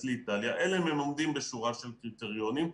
לאיטליה אלא אם הם עומדים בשורה של קריטריונים,